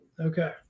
Okay